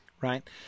Right